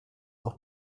auch